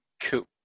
Cool